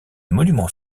monument